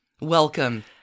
Welcome